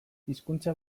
hizkuntza